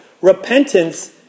repentance